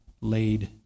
laid